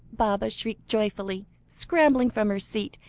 baba shrieked joyfully, scrambling from her seat,